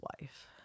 wife